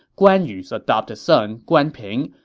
guan yu's adopted son guan ping,